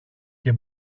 και